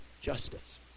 justice